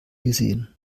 gesehen